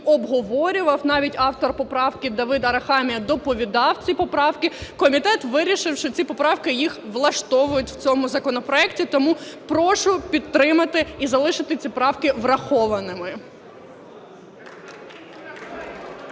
обговорював, навіть автор поправки Давид Арахамія доповідав ці поправки. Комітет вирішив, що ці поправки їх влаштовують в цьому законопроекті. Тому прошу підтримати і залишити ці правки врахованими.